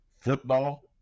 football